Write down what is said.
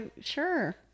Sure